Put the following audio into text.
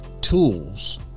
tools